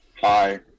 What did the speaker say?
Hi